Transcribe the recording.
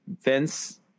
Vince